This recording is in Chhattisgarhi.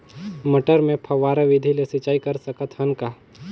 मटर मे फव्वारा विधि ले सिंचाई कर सकत हन का?